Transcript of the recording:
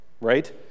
right